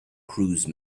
cruise